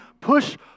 push